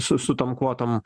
su su tom kvotom